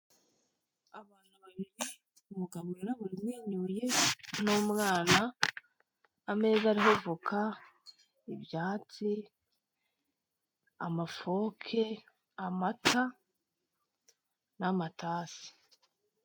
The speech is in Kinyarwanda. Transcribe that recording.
Abantu babiri umugabo wirabura n'umwana, ameza ariho voka, ibyatsi amafoke, amata n'amatasi.